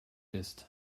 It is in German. bist